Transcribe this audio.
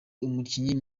umukinnyi